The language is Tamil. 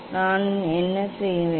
நான் என்ன செய்வேன்